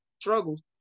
struggles